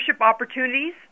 opportunities